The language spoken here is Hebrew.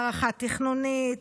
מערכה תכנונית,